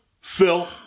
Phil